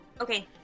Okay